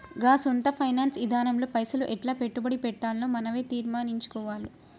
గా సొంత ఫైనాన్స్ ఇదానంలో పైసలు ఎట్లా పెట్టుబడి పెట్టాల్నో మనవే తీర్మనించుకోవాల